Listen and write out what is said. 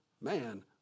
Man